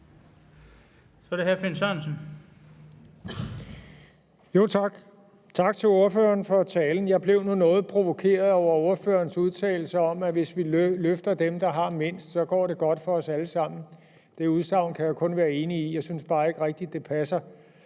Kl. 13:56 Finn Sørensen (EL): Tak. Tak til ordføreren for talen. Jeg blev nu noget provokeret over ordførerens udtalelse om, at hvis vi giver dem, der har mindst, et løft, så går det godt for os alle sammen. Det udsagn kan jeg kun være enig i; jeg synes bare ikke rigtig, det passer